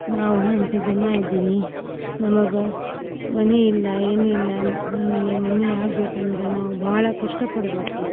ನಾವು ಎಂಟು ಜನ ಇದ್ದೀವಿ ನಮಗೆ ಮನೆ ಇಲ್ಲ ಏನಿಲ್ಲ ಆಮೇಲೆ ಮನೆ ಆಗ್ಬೇಕಂದ್ರೆ ನಾವು ಭಾಳ ಕಷ್ಟಪಡಬೇಕು